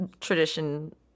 tradition